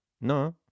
No